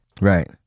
Right